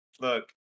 Look